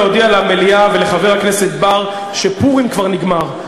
להודיע למליאה ולחבר הכנסת בר שפורים כבר נגמר,